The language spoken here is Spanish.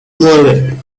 nueve